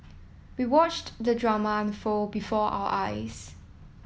we watched the drama unfold before our eyes